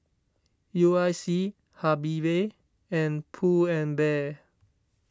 U I C Habibie and Pull and Bear